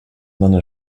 nonne